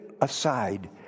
aside